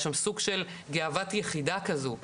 יש שם סוג של 'גאוות יחידה' כזו "פרו-אנה"